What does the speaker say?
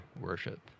worship